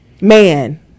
man